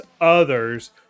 others